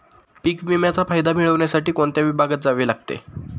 पीक विम्याचा फायदा मिळविण्यासाठी कोणत्या विभागात जावे लागते?